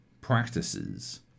practices